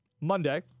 Monday